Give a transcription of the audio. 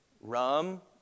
rum